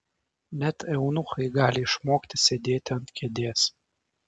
net eunuchai gali išmokti sėdėti ant kėdės